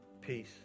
peace